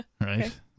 Right